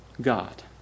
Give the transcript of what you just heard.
God